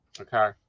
Okay